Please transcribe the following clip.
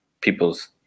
people's